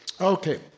Okay